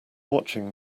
watching